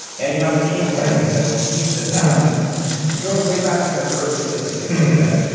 and you have machine learning that'll tease this out going way back in the early days of big data,